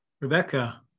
Rebecca